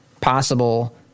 possible